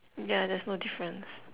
ya there's no difference